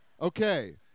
Okay